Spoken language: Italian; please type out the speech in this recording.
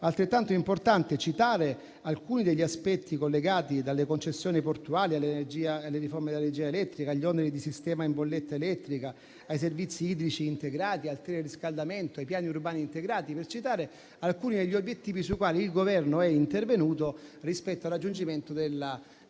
altrettanto importante citare alcuni degli aspetti collegati: dalle concessioni portuali alla riforma dell'energia elettrica, agli oneri di sistema in bolletta elettrica, ai servizi idrici integrati, al teleriscaldamento, ai piani urbani integrati. Questo solo per citare alcuni degli obiettivi sui quali il Governo è intervenuto rispetto al raggiungimento della terza